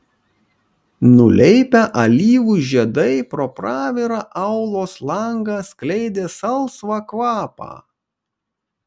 nuleipę alyvų žiedai pro pravirą aulos langą skleidė salsvą kvapą